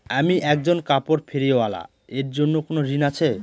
আমি একজন কাপড় ফেরীওয়ালা এর জন্য কোনো ঋণ আছে?